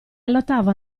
allattava